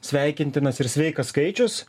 sveikintinas ir sveikas skaičius